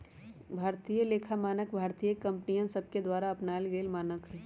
भारतीय लेखा मानक भारतीय कंपनि सभके द्वारा अपनाएल गेल मानक हइ